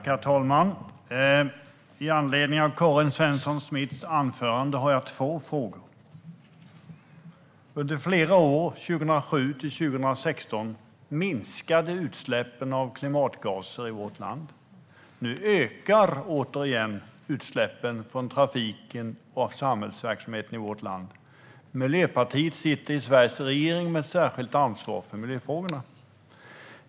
Herr talman! I anledning av Karin Svensson Smiths anförande har jag två frågor. Under flera år, 2007-2016, minskade utsläppen av klimatgaser i vårt land. Nu ökar återigen utsläppen från trafiken och samhällsverksamheten i landet. Miljöpartiet sitter i Sveriges regering med särskilt ansvar för miljöfrågorna.